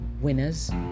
winners